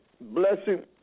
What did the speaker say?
blessing